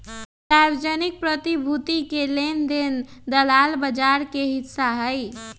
सार्वजनिक प्रतिभूति के लेन देन दलाल बजार के हिस्सा हई